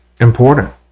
important